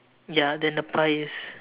ya then the pie is